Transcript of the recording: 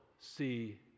see